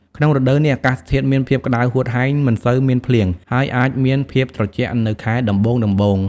ក្នុងរដូវនេះអាកាសធាតុមានភាពក្តៅហួតហែង មិនសូវមានភ្លៀង ហើយអាចមានភាពត្រជាក់នៅខែដំបូងៗ។